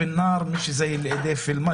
התרגום הוא: מי שידיו באש זה לא כמו מי שידיו במים.